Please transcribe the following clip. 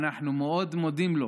אנחנו מאוד מודים לו,